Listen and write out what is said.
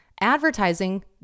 Advertising